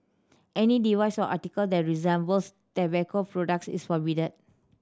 any device or article that resembles tobacco products is prohibited